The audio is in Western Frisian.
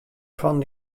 fan